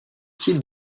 types